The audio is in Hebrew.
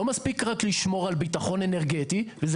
לא מספיק רק לשמור על ביטחון אנרגטי וזה